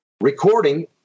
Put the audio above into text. recording